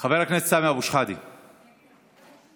ששמעתי ברדיו מהמתראיינים, חלקם החליטו